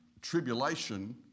tribulation